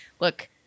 Look